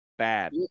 bad